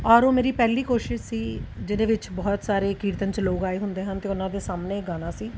ਔਰ ਉਹ ਮੇਰੀ ਪਹਿਲੀ ਕੋਸ਼ਿਸ਼ ਸੀ ਜਿਹਦੇ ਵਿੱਚ ਬਹੁਤ ਸਾਰੇ ਕੀਰਤਨ 'ਚ ਲੋਕ ਆਏ ਹੁੰਦੇ ਹਨ ਅਤੇ ਉਹਨਾਂ ਦੇ ਸਾਹਮਣੇ ਗਾਉਣਾ ਸੀ